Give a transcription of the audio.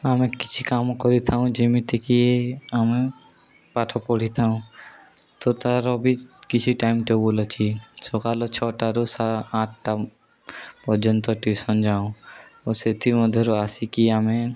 ଆମେ କିଛି କାମ କରିଥାଉ ଯେମିତିକି ଆମେ ପାଠ ପଢ଼ିଥାଉ ତ ତାର ବି କିଛି ଟାଇମ ଟେବୁଲ୍ ଅଛି ସକାଳ ଛଅଟାରୁ ଆଠଟା ପର୍ଯ୍ୟନ୍ତ ଟିଉସନ ଯାଉ ଓ ସେଥିମଧ୍ୟରୁ ଆସିକି ଆମେ